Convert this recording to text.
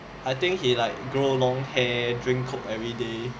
I think he like grow long hair drink coke everyday